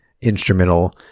instrumental